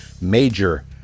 major